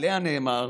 שעליה נאמר: